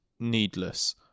needless